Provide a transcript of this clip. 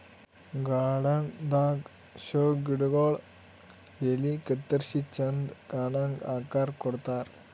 garden ದಾಗಾ show ಗಿಡಗೊಳ್ ಎಲಿ ಕತ್ತರಿಸಿ ಚಂದ್ ಕಾಣಂಗ್ ಆಕಾರ್ ಕೊಡ್ತಾರ್